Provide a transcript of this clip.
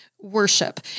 worship